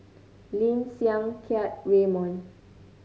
Lim Siang Keat Raymond